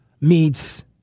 meets